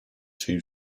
two